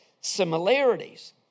similarities